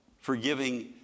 forgiving